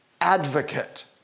advocate